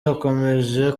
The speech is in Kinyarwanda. hakomeje